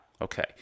Okay